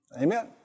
Amen